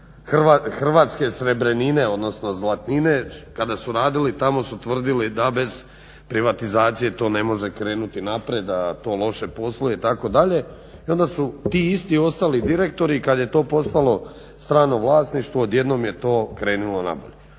hrvatske srebrnine, odnosno zlatnine kada su radili tamo su tvrdili da bez privatizacije to ne može krenuti naprijed, a to loše posluje itd. I onda su ti isti ostali direktori i kad je to postalo strano vlasništvo odjednom je to krenulo na bolje.